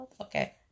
Okay